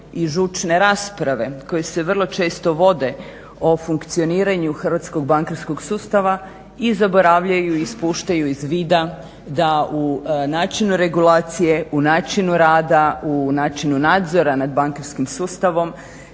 i žućne rasprave koje se vrlo često vode o funkcioniranju hrvatskog bankarskog sustava i zaboravljaju, ispuštaju iz vida da u načinu regulacije, u načinu rada, u načinu nadzora nad bankarskim sustavom